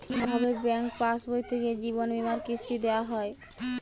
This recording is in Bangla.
কি ভাবে ব্যাঙ্ক পাশবই থেকে জীবনবীমার কিস্তি দেওয়া হয়?